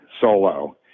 solo